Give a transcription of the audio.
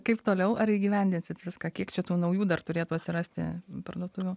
kaip toliau ar įgyvendinsit viską kiek čia tų naujų dar turėtų atsirasti parduotuvių